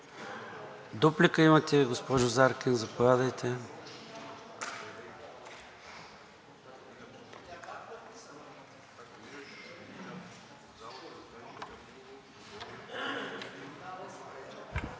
Дуплика имате, госпожо Заркин, заповядайте.